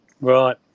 Right